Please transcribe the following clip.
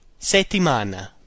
Settimana